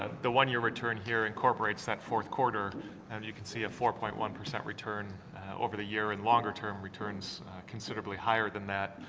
the one year return here incorporates the fourth quarter and you can see a four-point one percent return over the year and longer-term returns considerably higher than that.